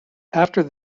after